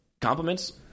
Compliments